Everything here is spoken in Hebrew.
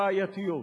בעייתיות.